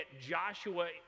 Joshua